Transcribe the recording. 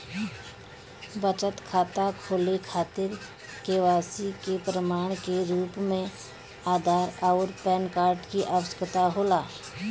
बचत खाता खोले खातिर के.वाइ.सी के प्रमाण के रूप में आधार आउर पैन कार्ड की आवश्यकता होला